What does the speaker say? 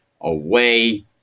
away